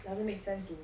doesn't make sense to me